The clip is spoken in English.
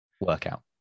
workout